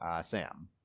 Sam